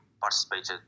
participated